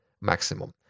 maximum